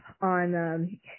On